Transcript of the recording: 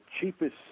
cheapest